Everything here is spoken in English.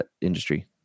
industry